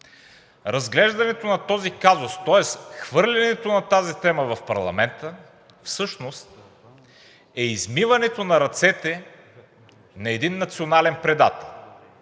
Разглеждането на този казус, тоест хвърлянето на тази тема в парламента, всъщност е измиването на ръцете на един национален предател,